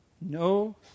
no